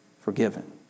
forgiven